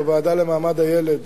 בוועדה לזכויות הילד,